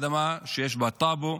האדמה שיש בטאבו,